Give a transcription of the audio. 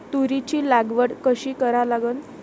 तुरीची लागवड कशी करा लागन?